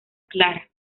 clara